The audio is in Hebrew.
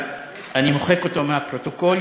אני מוחק אותו מהפרוטוקול.